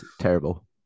terrible